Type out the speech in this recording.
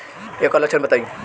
ऐकर लक्षण बताई?